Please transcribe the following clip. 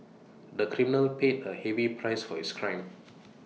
the criminal paid A heavy price for his crime